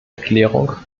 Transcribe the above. erklärung